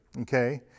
okay